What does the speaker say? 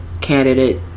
candidate